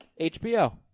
HBO